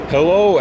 Hello